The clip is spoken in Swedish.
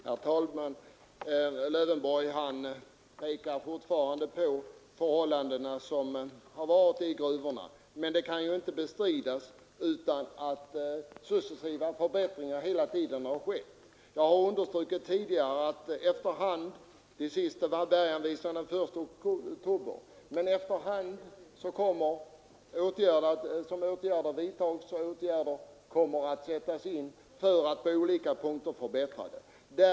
Herr talman! Herr Lövenborg pekar fortfarande på de förhållanden som har rått i gruvorna, men det kan inte bestridas att successiva förbättringar hela tiden har vidtagits. Jag har tidigare understrukit att den senaste förbättringen var skärpningen av berganvisningarna den 1 oktober, och efter hand kommer ytterligare åtgärder att sättas in på olika punkter för att förbättra förhållandena.